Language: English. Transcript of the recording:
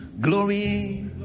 Glory